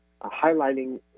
highlighting